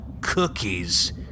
cookies